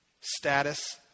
status